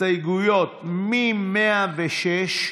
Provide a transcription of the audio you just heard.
הסתייגויות מ-106,